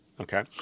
okay